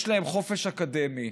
יש להם חופש אקדמי.